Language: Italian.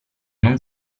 non